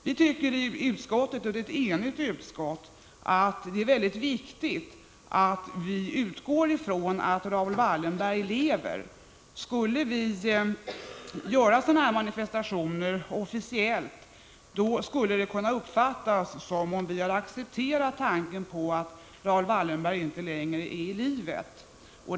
Ett enigt utskott tycker att det är mycket viktigt att vi utgår från att Raoul Wallenberg lever. Skulle vi officiellt göra sådana manifestationer som motionärerna föreslår, skulle det kunna uppfattas som att vi har accepterat tanken att Raoul Wallenberg inte längre är i livet.